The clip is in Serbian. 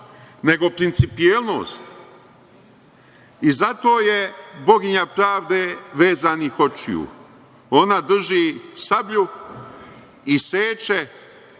nego principijelnost i zato je Boginja pravde vezanih očiju. Ona drži sablju i seče